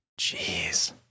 Jeez